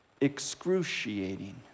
excruciating